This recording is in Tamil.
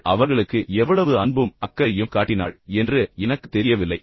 அவள் அவர்களுக்கு எவ்வளவு அன்பும் அக்கறையும் காட்டினாள் என்று எனக்குத் தெரியவில்லை